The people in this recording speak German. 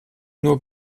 nur